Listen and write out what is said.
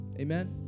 Amen